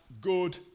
good